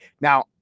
Now